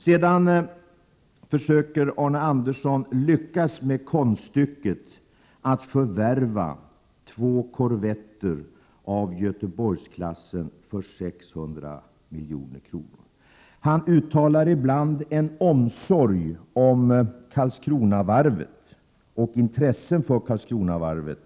Sedan försöker Arne Andersson lyckas med konststycket att förvärva två korvetter av Göteborgsklassen för 600 milj.kr. Ibland uttalar Arne Andersson omsorg om och intresse för Karlskronavarvet.